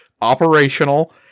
operational